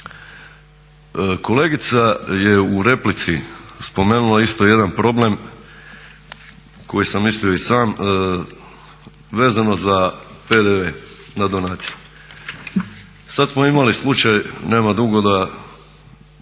Kolegica je u replici spomenula isto jedan problem koji sam mislio i sam vezano za PDV na donacije. Sad smo imali slučaj nema dugo da